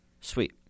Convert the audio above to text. Sweet